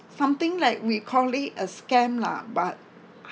something like we call it a scam lah but